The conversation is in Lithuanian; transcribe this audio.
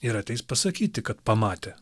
ir ateis pasakyti kad pamatė